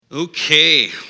Okay